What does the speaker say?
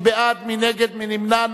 מי בעד, מי נגד, מי נמנע?